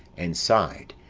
and side,